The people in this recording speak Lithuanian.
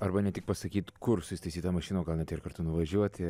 arba ne tik pasakyt kur susitaisyt tą mašiną o gal net ir kartu nuvažiuoti